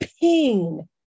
pain